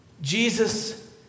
Jesus